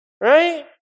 Right